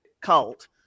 cult